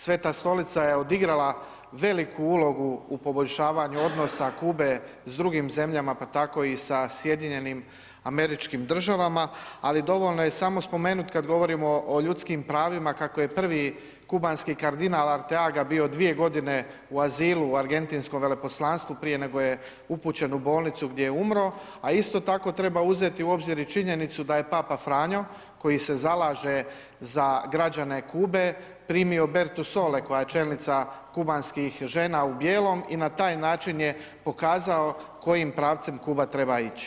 Sveta Stolica je odigrala veliku ulogu u poboljšavanju odnosa Kube s drugim zemljama, pa tako i sa SAD-om, ali dovoljno je samo spomenut kad govorimo o ljudskim pravima kako je prvi kubanski kardinal Arteaga bio dvije godine u azilu u argentinskom veleposlanstvu prije nego je upućen u bolnicu gdje je umro, a isto tako treba uzeti u obzir i činjenicu da je papa Franjo koji se zalaže za građane Kube primio Bertusole koja je čelnica kubanskih žena u bijelom i na taj način je pokazao kojim pravcem Kuba treba ići.